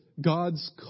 God's